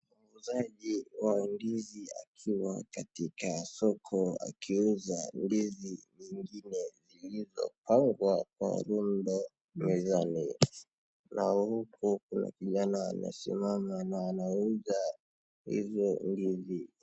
Muuzaji wa ndizi akiwa katika soko akiuza ndizi nyingine zilizopangwa jumbe mezani, na huku kuna mama anasimama na anauza hizo ndizi.